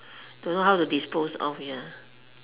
don't know how to dispose of ya